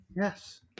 Yes